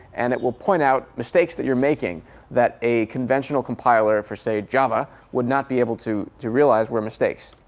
and it will point out mistakes that you're making that a conventional compiler, for say java, would not be able to to realize where mistakes.